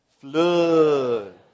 Flood